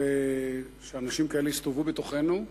ושאנשים כאלה הסתובבו בתוכנו,